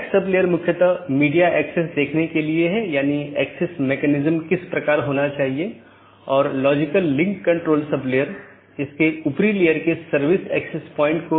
अब अगर हम BGP ट्रैफ़िक को देखते हैं तो आमतौर पर दो प्रकार के ट्रैफ़िक होते हैं एक है स्थानीय ट्रैफ़िक जोकि एक AS के भीतर ही होता है मतलब AS के भीतर ही शुरू होता है और भीतर ही समाप्त होता है